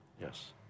Yes